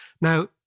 Now